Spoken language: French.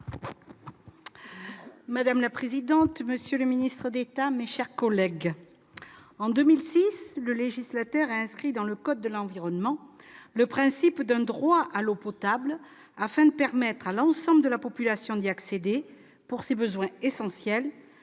Madame la présidente, monsieur le ministre d'État, mes chers collègues, en 2006, le législateur a inscrit dans le code de l'environnement le principe d'un droit à l'eau potable, afin de permettre à l'ensemble de la population d'accéder à l'eau pour ses besoins essentiels